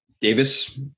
Davis